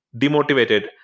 demotivated